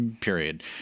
period